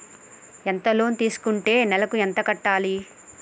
ఎంత లోన్ తీసుకుంటే నెలకు ఎంత కట్టాలి?